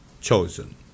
chosen